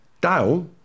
Dale